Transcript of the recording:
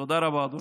תודה רבה, אדוני.